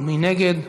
ומי נגד?